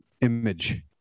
image